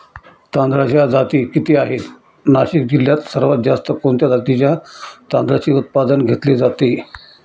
तांदळाच्या जाती किती आहेत, नाशिक जिल्ह्यात सर्वात जास्त कोणत्या जातीच्या तांदळाचे उत्पादन घेतले जाते?